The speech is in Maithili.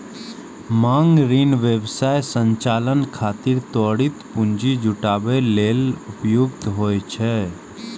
मांग ऋण व्यवसाय संचालन खातिर त्वरित पूंजी जुटाबै लेल उपयुक्त होइ छै